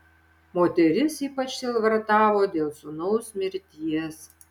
moteris ypač sielvartavo dėl sūnaus mirties